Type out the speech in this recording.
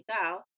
go